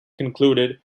concluded